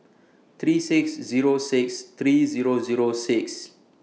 three six Zero six three Zero Zero six